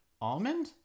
almond